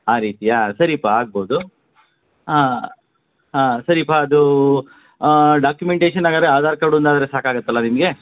ಆ ರೀತಿಯಾ ಸರಿಯಪ್ಪ ಆಗ್ಬೋದು ಹಾಂ ಸರಿಯಪ್ಪ ಅದು ಡಾಕ್ಯುಮೆಂಟೇಶನ್ ಹಾಗಾರೆ ಆಧಾರ್ ಕಾರ್ಡ್ ಒಂದು ಆದರೆ ಸಾಕಾಗುತ್ತಲ್ಲ ನಿಮಗೆ